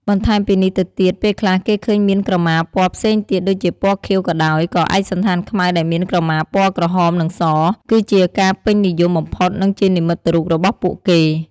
បន្ថែមពីនេះទៅទៀតពេលខ្លះគេឃើញមានក្រមាពណ៌ផ្សេងទៀតដូចជាពណ៌ខៀវក៏ដោយ ក៏ឯកសណ្ឋានខ្មៅដែលមានក្រមាពណ៌ក្រហម និងស គឺជាការពេញនិយមបំផុត និងជានិមិត្តរូបរបស់ពួកគេ។